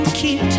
keep